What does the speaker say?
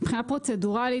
מבחינה פרוצדורלית,